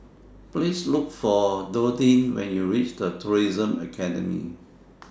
Please Look For Dorthea when YOU REACH The Tourism Academy